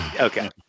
Okay